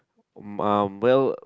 um well